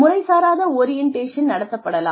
முறைசாராத orientation நடத்தப்படலாம்